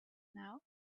now